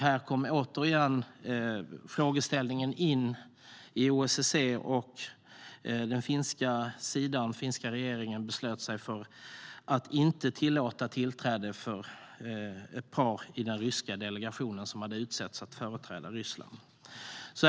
Här kom frågeställningen återigen in i OSSE, och den finska regeringen beslöt sig för att inte tillåta tillträde för ett par personer i den delegation som utsetts att företräda Ryssland.